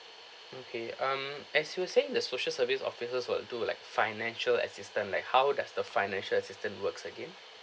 okay um as you were saying the social service offices will do like financial assistant like how does the financial assistant works again